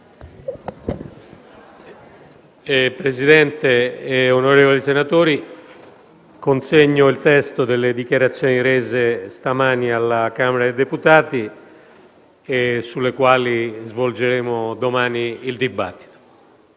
Presidente, onorevoli senatori, consegno il testo delle dichiarazioni rese stamani alla Camera dei deputati, sulle quali svolgeremo domani il dibattito.